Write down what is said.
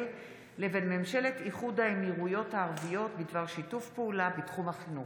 לבין ממשלת איחוד האמירויות הערביות בדבר שיתוף פעולה בתחום החינוך.